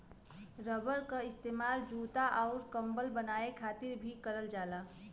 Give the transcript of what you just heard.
rubber क इस्तेमाल जूता आउर कम्बल बनाये खातिर भी करल जाला